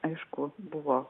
aišku buvo